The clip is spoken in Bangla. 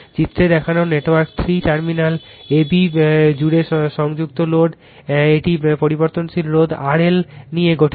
চিত্রে দেখানো নেটওয়ার্কে 3 টার্মিনাল AB জুড়ে সংযুক্ত লোড একটি পরিবর্তনশীল রোধ RL নিয়ে গঠিত